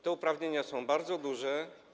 Te uprawnienia są bardzo duże.